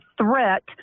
threat